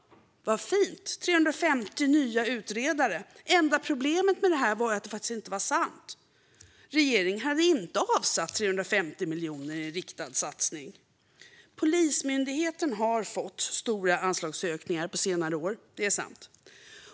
Vad fint med 350 nya utredare. Det enda problemet var bara att det inte var sant. Regeringen hade inte avsatt 350 miljoner i en riktad satsning. Polismyndigheten har fått stora anslagsökningar på senare år. Det är sant.